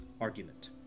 argument